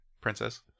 Princess